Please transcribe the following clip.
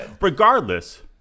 Regardless